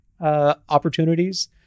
opportunities